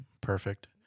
perfect